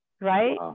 Right